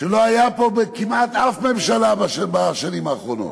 שלא היה פה כמעט בשום ממשלה בשנים האחרונות.